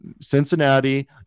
Cincinnati